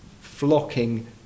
flocking